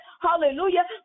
hallelujah